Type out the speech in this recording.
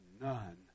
none